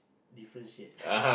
different shade